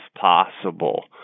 possible